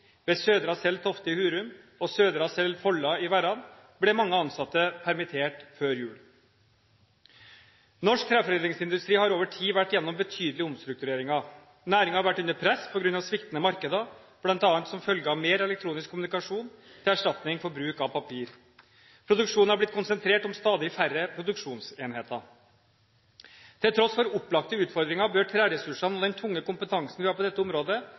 Ved Södra Cell Tofte i Hurum og Södra Cell Folla i Verran ble mange ansatte permittert før jul. Norsk treforedlingsindustri har over tid vært gjennom betydelige omstruktureringer. Næringen har vært under press på grunn av sviktende markeder, bl.a. som følge av mer elektronisk kommunikasjon til erstatning for bruk av papir. Produksjonen har blitt konsentrert om stadig færre produksjonsenheter. Til tross for opplagte utfordringer bør treressursene og den tunge kompetansen vi har på dette området,